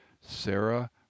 Sarah